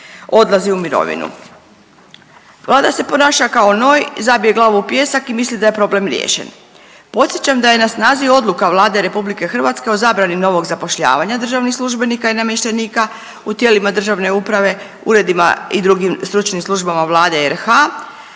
odlaze u mirovinu. Vlada se ponaša kao noj, zabije glavu u pijesak i misli da je problem riješen. Podsjećam da je na snazi Odluka Vlade RH o zabrani novog zapošljavanja državnih službenika i namještenika u tijelima državne uprave, uredima i drugim stručnim službama Vlade RH